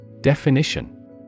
Definition